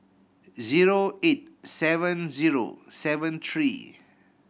zero eight seven zero seven three